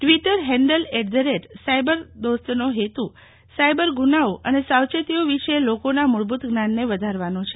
Twitter handle at the rate cyber દોસ્તનો હેતુ cyber ગુનાઓ અને સાવચેતીઓ વિષે લોકોના મૂળભૂત જ્ઞાનને વધારવાનો છે